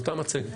זה אותה מצגת.